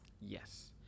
Yes